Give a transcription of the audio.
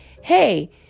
hey